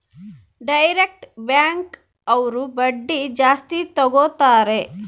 direct bank ಅವ್ರು ಬಡ್ಡಿನ ಜಾಸ್ತಿ ತಗೋತಾರೆ